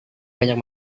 banyak